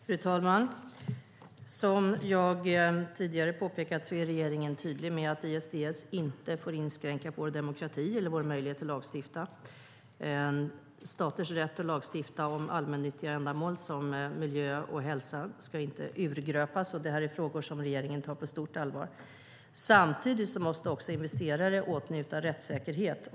Fru talman! Som jag tidigare påpekat är regeringen tydlig med att ISDS inte får inskränka vår demokrati eller vår möjlighet att lagstifta. Staters rätt att lagstifta om allmännyttiga ändamål som miljö och hälsa ska inte urgröpas. Det här är frågor som regeringen tar på stort allvar. Samtidigt måste också investerare åtnjuta rättssäkerhet.